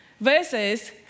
versus